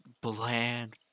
bland